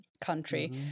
country